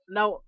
Now